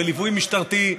בליווי משטרתי.